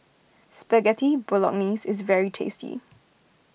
Spaghetti Bolognese is very tasty